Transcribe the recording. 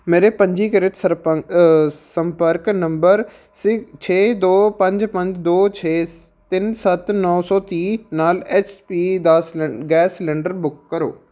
ਮੇਰੇ ਪੰਜੀਕ੍ਰਿਤ ਸਰਪੰਕ ਸੰਪਰਕ ਨੰਬਰ ਸਿਕ ਛੇ ਦੋ ਪੰਜ ਪੰਜ ਦੋ ਛੇ ਸ ਤਿੰਨ ਸੱਤ ਨੌਂ ਸੌ ਤੀਹ ਨਾਲ ਐਚ ਪੀ ਦਾ ਸਿਲੰ ਗੈਸ ਸਿਲੰਡਰ ਬੁੱਕ ਕਰੋ